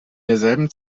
derselben